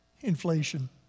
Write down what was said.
Inflation